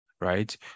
right